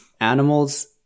animals